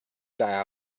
die